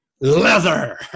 leather